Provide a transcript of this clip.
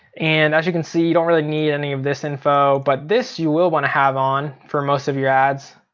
and as you can see you don't really need any of this info, but this you will want to have on for most of your ads.